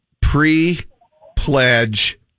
pre-pledge